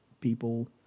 people